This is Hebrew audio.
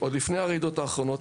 עוד לפני הרעידות האחרונות,